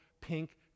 pink